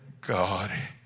God